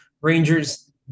rangers